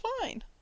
fine